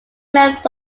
met